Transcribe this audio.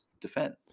defend